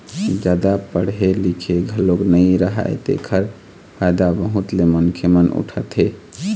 जादा पड़हे लिखे घलोक नइ राहय तेखर फायदा बहुत ले मनखे मन उठाथे